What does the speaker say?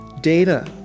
data